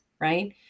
right